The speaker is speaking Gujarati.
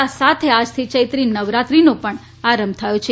આ સાથે આજથી ચૈત્રી નવરાત્રીનો પણ આરંભ થયો છે